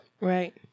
Right